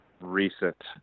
recent